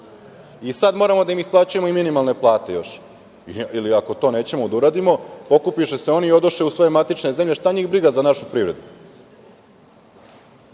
I sad moramo da im isplaćujemo i minimalne plate! Ili, ako to nećemo da uradimo, pokupiše se oni i odoše u svoje matične zemlje. Šta njih briga za našu privredu.